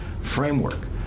framework